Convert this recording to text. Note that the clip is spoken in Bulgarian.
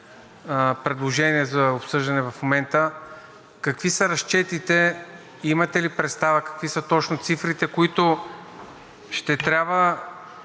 предложение за обсъждане в момента: какви са разчетите, имате ли представа какви са точно цифрите, които ще трябва